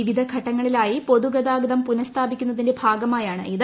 വിവിധ ഘട്ടങ്ങളിലായി പൊതുഗതാഗതം പുനഃസ്ഥാപിക്കുന്നതിന്റെ ഭാഗമായാണ് ഇത്